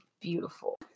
Beautiful